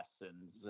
lessons